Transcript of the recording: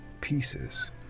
pieces